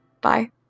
Bye